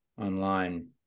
online